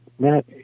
Matt